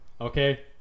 Okay